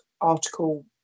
article